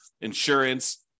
insurance